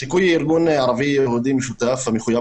"סיכוי" הוא ארגון ערבי-יהודי משותף המחויב